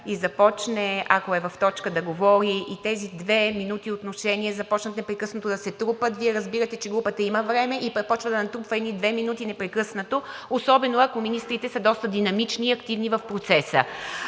и започне, ако е в точка, да говори и тези две минути отношение започнат непрекъснато да се трупат, Вие разбирате, че групата има време и започва да натрупва едни две минути непрекъснато, особено ако министрите са доста динамични и активни в процеса.